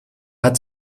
hat